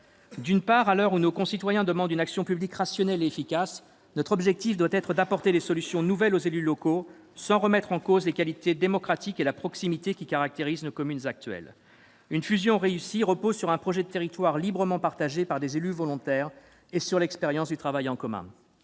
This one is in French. D'une part, à l'heure où nos concitoyens demandent une action publique rationnelle et efficace, notre objectif doit être d'apporter des solutions nouvelles aux élus locaux, sans remettre en cause les qualités démocratiques et la proximité qui caractérisent nos communes actuelles. Une fusion réussie repose sur un projet de territoire librement partagé par des élus volontaires et sur l'expérience du travail en commun.